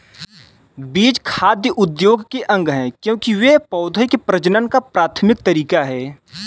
बीज खाद्य उद्योग के अंग है, क्योंकि वे पौधों के प्रजनन का प्राथमिक तरीका है